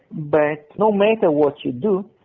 but no matter what you do,